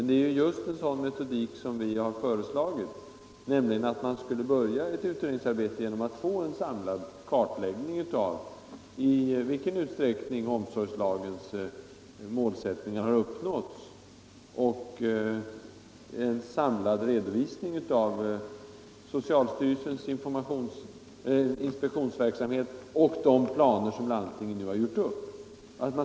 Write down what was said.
Det är just en sådan metodik som vi föreslagit, nämligen att man skulle börja utredningsarbetet genom en samlad kartläggning i vilken utsträckning omsorgslagens målsättningar har uppnåtts och en samlad redovisning av socialstyrelsens inspektionsverksamhet och de planer som landstingen nu har gjort upp.